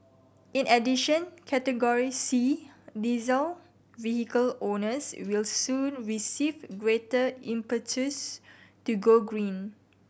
in addition Category C diesel vehicle owners will soon receive greater impetus to go green